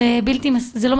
זה לא מספיק,